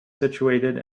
situated